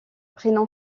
prénom